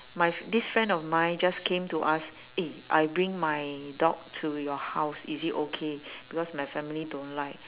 my f~ this friend of mine just came to us eh I bring my dog to your house is it okay because my family don't like